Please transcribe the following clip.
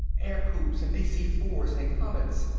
aircoups and d c four s and comets!